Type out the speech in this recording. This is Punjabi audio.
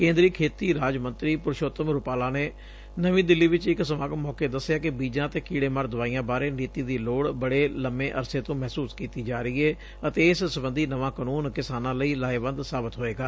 ਕੇਂਦਰੀ ਖੇਤੀ ਰਾਜ ਮੰਤਰੀ ਪੁਰਸ਼ੋਤਮ ਰੁਪਾਲਾ ਨੇ ਨਵੀਂ ਦਿੱਲੀ ਵਿਚ ਇਕ ਸਮਾਗਮ ਮੌਕੇ ਦੁਸਿਐ ਕਿ ਬੀਜਾਂ ਅਤੇ ਕੀੜੇਮਾਰ ਦਵਾਈਆਂ ਬਾਰੇ ਨੀਤੀ ਦੀ ਲੋੜ ਬੜੇ ਲੰਮੇ ਅਰਸੇ ਤੋਂ ਮਹਿਸੂਸ ਕੀਤੀ ਜਾ ਰਹੀ ਏ ਅਤੇ ਇਸ ਸਬੰਧੀ ਨਵਾਂ ਕਾਨੂੰਨ ਕਿਸਾਨਾਂ ਲਈ ਲਾਹੇਵੰਦ ਸਾਬਤ ਹੋਏਗਾ